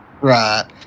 right